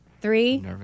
three